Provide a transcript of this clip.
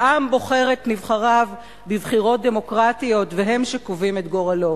העם בוחר את נבחריו בבחירות דמוקרטיות והם שקובעים את גורלו.